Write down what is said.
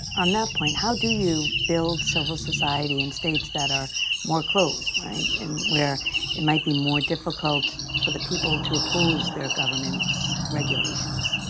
on that point, how do you build civil society in states that are more closed, right, and where it might be more difficult for the people to oppose their government's regulations?